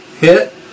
hit